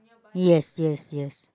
yes yes yes